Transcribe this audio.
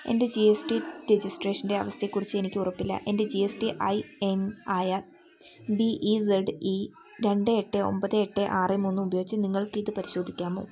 എൻ്റെ G S T രജിസ്ട്രേഷൻ്റെ അവസ്ഥയെക്കുറിച്ചു എനിക്ക് ഉറപ്പില്ല എൻ്റെ G S T I N ആയ ബി ഇ സെഡ് ഇ രണ്ട് എട്ട് ഒമ്പത് എട്ട് ആറ് മൂന്ന് ഉപയോഗിച്ചു നിങ്ങൾക്ക് ഇത് പരിശോധിക്കാമോ